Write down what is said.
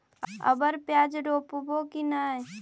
अबर प्याज रोप्बो की नय?